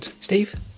Steve